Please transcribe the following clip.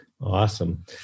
Awesome